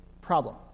problem